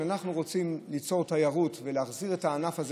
אם אנחנו רוצים ליצור תיירות ולהחזיר את הענף הזה,